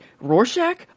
Rorschach